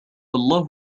الله